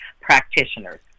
practitioners